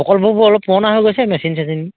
প্ৰকল্পবোৰ অলপ পুৰণ হৈ গৈছে মেচিন চেচিন